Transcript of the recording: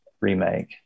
remake